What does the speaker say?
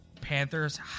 Panthers